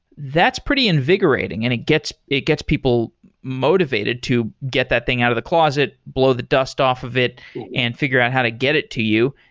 that's pretty invigorating and it gets it gets people motivated to get that thing out of the closet, blow the dust off of it and figure out how to get it to you.